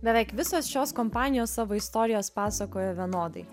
beveik visos šios kompanijos savo istorijas pasakojo vienodai